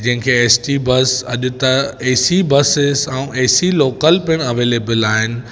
जंहिंखे ST bus अॼु त एसी बसिस ऐं एसी लोकल पिण अवैलेबल आहिनि